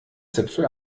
zipfel